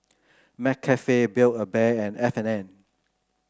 McCafe Build A Bear and F and N